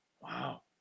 Wow